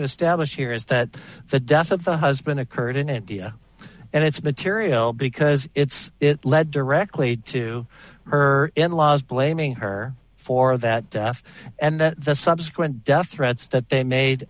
to establish here is that the death of the husband occurred in india and it's material because it's it led directly to her in laws blaming her for that and the subsequent death threats that they made